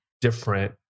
different